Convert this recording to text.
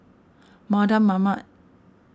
Mardan Mamat